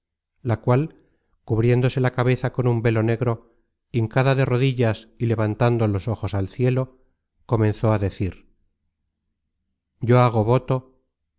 la cual cubriéndose la cabeza con un velo negro hincada de rodillas y levantando los ojos al cielo comenzó a decir yo hago voto